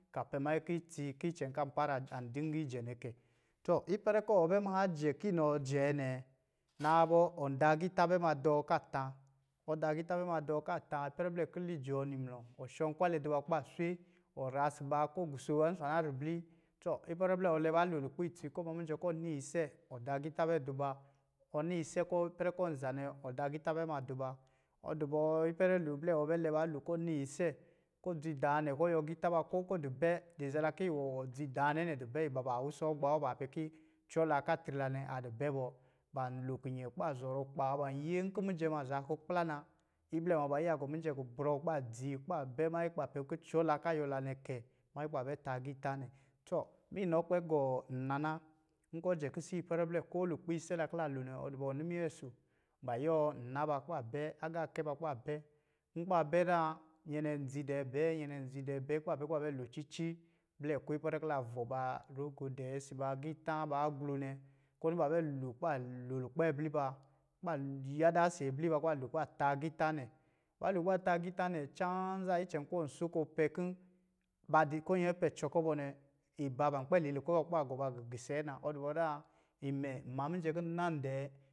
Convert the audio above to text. Ka pɛ manyi ki itsi icɛn kan para an dingi jɛ kɛ. Tɔ ipɛrɛ kɔɔ be maa jɛ ki nɔ jɛɛ nɛ, naa bɔ, ɔ̄ da agiitā bɛ ma dɔɔ ka tā, ɔ da agiitā bɛ ma dɔɔ ka tā ipɛrɛ blɛ kili jɔɔ nimlɔ, ɔ shɔ̄ nkwalɛ di ba kuba swe, ɔ shɔ̄ nkkwalɛ di ba kuba swe, ɔ ra si ba kɔ guso ba nzwana ribli. Tɔ, ipɛrɛ blɛ ɔ lɛ ba loo lukpɛ itsi kɔ ma mijɛ kɔ niise, ɔ da agiitā bɛ di ba. ɔ niise kɔ ipɛrɛ kɔ̄ za nɛ, ɔ da agiitā bɛ ma di ba ɔ du bɔɔ ipɛrɛ lo blɛ ɔ bɛ lɛ ba loo kɔ niise kɔ dzi daanɛ kɔ yuwɔ agiitā ko kɔ di bɛ, di zala ki wɔ wɔ dzi daanɛ nɛ di bɛ, iba ba wusɛ agbā wɔ baa pɛ ki cɛ la ka tri la nɛ a di bɛ bɔ, ban lo kinyɛ kuba zɔrɔ kpa ban yɛɛ, nkɔ̄ mijɛ ma za kukpla na, iblɛ ma ban iya gɔ mijɛ gɔ brɔ kuba dzi kuba bɛ manyi kuba pɛ kɔ̄ cɔ la ka yuwɔ la nɛ nɔ kɛ, manyi kuba bɛ ta agiitā nɛ. Tɔ, mi nɔ kpɛ gɔɔ nna na. Nkɔ̄ jɛ kisi ipɛrɛ blɛ ko lukpiise la ki la loo nɛ, ɔ du bɔ ɔ ni minyɛɛso ba yuwɔ nna kuba bɛ, agaakɛ ba kuba bɛ. N kuba bɛ zan, nyɛ nɛ dzi dɛɛ bɛ, nyɛ nɛ dzi dɛɛ bɛ kuba bɛ kuba bɛ loo cici, blɛ ko ipɛrɛ ki la vɔ baa rogo dɛɛ si ba agiitā ba aglo nɛ, kɔ̄ ni ba bɛ loo, kuba loo lukpɛ abli ba, kuba yadaa sɛ bli ba kuba loo kuba tā agatā nɛ. Ba loo kuba tā agiitā chaan zan icɛn kɔ sho kɔ pɛ kɔ̄, ba di ko nyɛ pɛ cɔ kɔ bɔ nɛ, iba ban kpɛ li lukpɛ ba kuba gɔ ba gugise na. ɔ dɔ bɔ zaa, imɛ ma mijɛ ki nan dɛɛ.